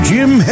Jim